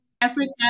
africa